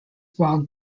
while